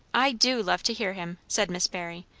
i do love to hear him! said miss barry.